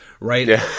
right